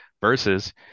versus